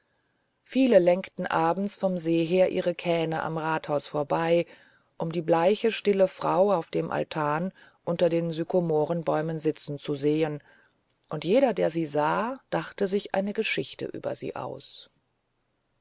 viele lenkten abends vom see her ihre kähne am rasthaus vorbei um die bleiche stille frau auf dem altan unter den sykomorenbäumen sitzen zu sehen und jeder der sie sah dachte sich eine geschichte über sie aus